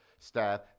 Staff